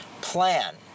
plan